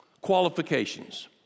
qualifications